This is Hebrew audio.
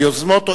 ביוזמות.